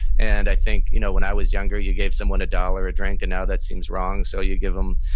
and i think you know when i was younger, you gave someone a dollar a drink and now that seems wrong, so you give them,